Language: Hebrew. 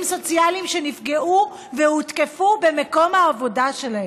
סוציאליים שנפגעו והותקפו במקום העבודה שלהם.